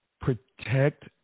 Protect